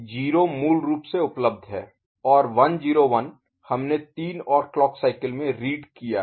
0 मूल रूप से उपलब्ध है और 1 0 1 हमने तीन और क्लॉक साइकिल में रीड किया है